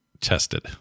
tested